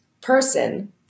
person